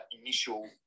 initial